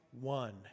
one